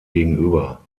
gegenüber